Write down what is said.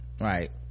right